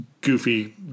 goofy